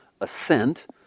assent